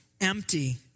empty